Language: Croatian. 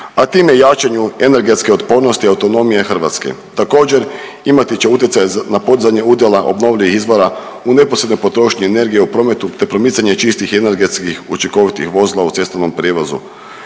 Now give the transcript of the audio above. a time i jačanju energetske otpornosti autonomije Hrvatske. Također imati će utjecaj na podizanje udjela obnovljivih izvora u neposrednoj potrošnji energije u prometu te promicanje čistih i energetskih učinkovitih vozila u cestovnom prijevozu.